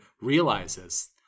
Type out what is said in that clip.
realizes